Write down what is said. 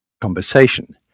conversation